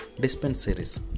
dispensaries